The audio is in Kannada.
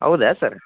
ಹೌದಾ ಸರ್